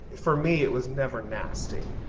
for me, it was never nasty.